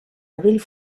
abril